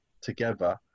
together